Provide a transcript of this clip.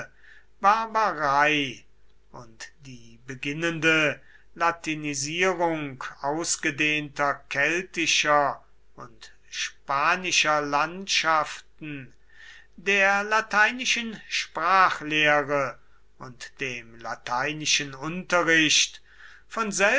barbarei und die beginnende latinisierung ausgedehnter keltischer und spanischer landschaften der lateinischen sprachlehre und dem lateinischen unterricht von